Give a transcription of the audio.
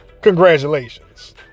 congratulations